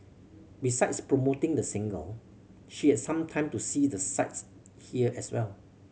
besides promoting the single she had some time to see the sights here as well